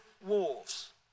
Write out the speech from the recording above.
wolves